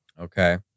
Okay